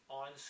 on